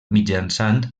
mitjançant